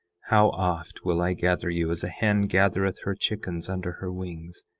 how oft will i gather you as a hen gathereth her chickens under her wings,